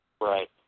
Right